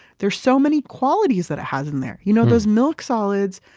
there's so many qualities that it has in there. you know those milk solids,